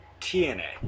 TNA